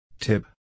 Tip